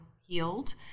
healed